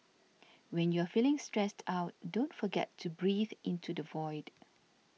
when you are feeling stressed out don't forget to breathe into the void